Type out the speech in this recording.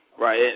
right